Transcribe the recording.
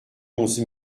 onze